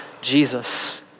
Jesus